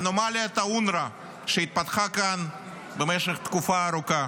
אנומליית אונר"א, שהתפתחה כאן במשך תקופה ארוכה.